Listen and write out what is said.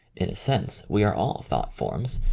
in a sense we are all thought-forms,